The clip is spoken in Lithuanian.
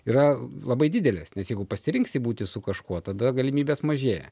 yra labai didelės nes jeigu pasirinksi būti su kažkuo tada galimybės mažėja